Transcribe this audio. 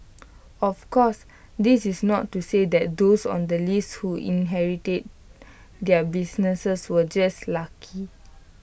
of course this is not to say that those on the list who inherited their businesses were just lucky